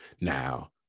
now